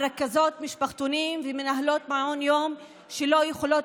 על רכזות משפחתונים ומנהלות מעון יום שלא יכולות